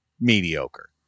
mediocre